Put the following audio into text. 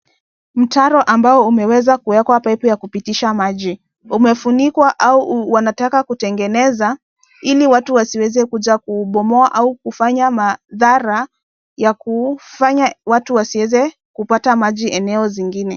Mtaro ambao umeweza kuwekwa paipu ya kupitisha maji. Umefunikwa au wanatka kutengeneza ili watu wasiweze kuja kuubomoa au kufanya madhara ya kufanya watu wasieze kupata maji eneo zingine.